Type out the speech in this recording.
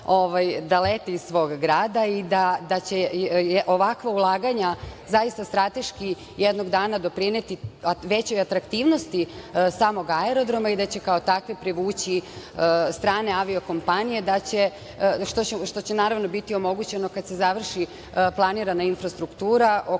da lete iz svog grada i da će ovakva ulaganja zaista strateški jednog dana doprineti većoj atraktivnosti samog aerodroma i da će kao takve privući strane avio kompanije, što će naravno biti omogućeno kada se završi planirana infrastruktura oko